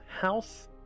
House